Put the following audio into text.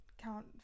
count